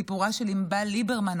סיפורה של ענבל ליברמן,